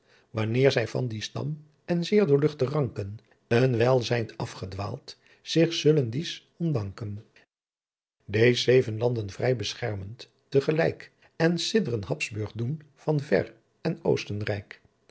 wanneer zy van die stam en zeer doorluchte ranken een wijl zijnd afgedwaalt zich zullen dies ontdanken deez zeven landen vry beschermend te gelijk en siddren habsburgh doen van ver en oostenrijk